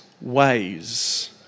ways